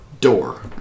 door